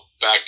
back